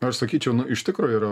aš sakyčiau nu iš tikro yra